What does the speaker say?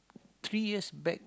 three years back